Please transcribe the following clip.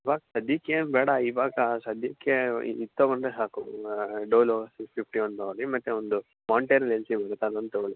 ಇವಾಗ ಸದ್ಯಕ್ಕೇನು ಬೇಡ ಇವಾಗ ಸದ್ಯಕ್ಕೆ ಇದು ತಗೊಂಡರೆ ಸಾಕು ಡೊಲೊ ಸಿಕ್ಸ್ ಫಿಫ್ಟಿ ಒಂದು ತಗೊಳ್ಳಿ ಮತ್ತು ಒಂದು ಮೊಂಟೆಲ್ ಎಲ್ ಸಿ ಅದೊಂದು ತಗೊಳ್ಳಿ